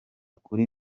kuri